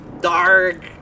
dark